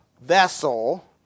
vessel